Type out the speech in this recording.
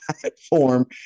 platform